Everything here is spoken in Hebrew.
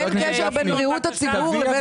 אין קשר בין בריאות הציבור לבין מה שאמרת כרגע.